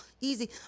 easy